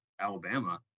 Alabama